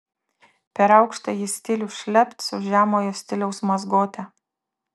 per aukštąjį stilių šlept su žemojo stiliaus mazgote